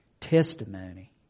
testimony